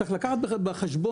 צריך לקחת בחשבון,